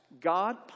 God